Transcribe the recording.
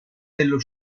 dello